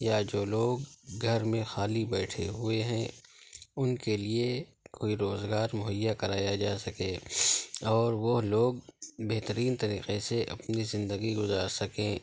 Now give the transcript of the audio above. یا جو لوگ گھر میں خالی بیٹھے ہوئے ہیں ان کے لیے کوئی روزگار مہیا کرایا جا سکے اور وہ لوگ بہترین طریقے سے اپنی زندگی گزار سکیں